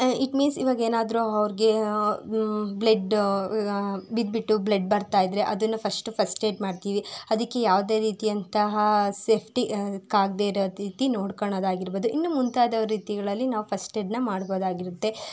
it means ಇವಾಗ ಏನಾದರೂ ಅವರಿಗೆ ಬ್ಲಡ್ ಬಿದ್ಬಿಟ್ಟು ಬ್ಲಡ್ ಬರ್ತಾಯಿದ್ರೆ ಅದನ್ನು ಫಸ್ಟು ಫಸ್ಟ್ ಏಡ್ ಮಾಡ್ತೀವಿ ಅದಕ್ಕೆ ಯಾವುದೇ ರೀತಿಯಂತಹ ಸೇಫ್ಟಿ ಕಾಗ್ದೇ ಇರೋ ರೀತಿ ನೋಡ್ಕೊಳ್ಳೋದಾಗಿರ್ಬೋದು ಇನ್ನೂ ಮುಂತಾದ ರೀತಿಗಳಲ್ಲಿ ನಾವು ಫಸ್ಟ್ ಏಡ್ನ ಮಾಡಬಹುದಾಗಿರುತ್ತೆ